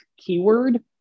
keyword